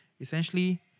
Essentially